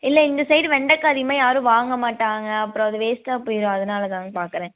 இல்லை இந்த சைடு வெண்டக்காய் அதிகமாக யாரும் வாங்க மாட்டாங்க அப்புறோம் அது வேஸ்ட்டாக போயிரும் அதனால தாங்க பார்க்கறேன்